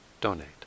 donate